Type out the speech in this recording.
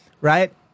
right